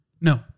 No